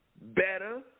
better